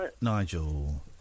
Nigel